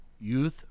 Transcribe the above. Youth